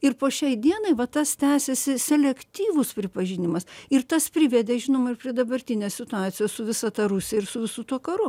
ir po šiai dienai va tas tęsiasi selektyvus pripažinimas ir tas privedė žinoma ir prie dabartinės situacijos su visa ta rusija ir su visu tuo karu